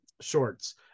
shorts